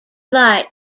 light